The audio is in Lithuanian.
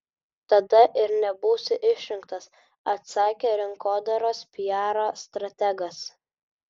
tada ir nebūsi išrinktas atsakė rinkodaros piaro strategas